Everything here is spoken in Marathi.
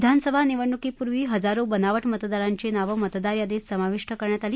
विधानसभा निवडणुकीपूर्वी हजारो बनावट मतदारांची नावे मतदार यादीत समाविष्ट करण्यात आली